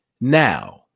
now